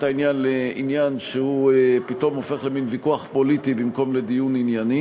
העניין לוויכוח פוליטי במקום לדיון ענייני.